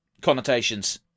connotations